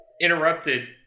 interrupted